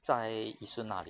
在 yisun 哪里